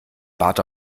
bart